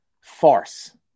farce